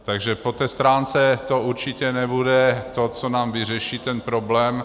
Takže po té stránce to určitě nebude to, co nám vyřeší ten problém.